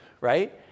right